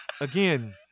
Again